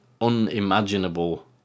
unimaginable